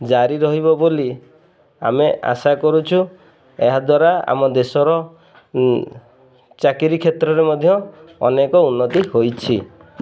ଜାରି ରହିବ ବୋଲି ଆମେ ଆଶା କରୁଛୁ ଏହାଦ୍ୱାରା ଆମ ଦେଶର ଚାକିରି କ୍ଷେତ୍ରରେ ମଧ୍ୟ ଅନେକ ଉନ୍ନତି ହେଇଛି